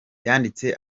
yanditse